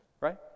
right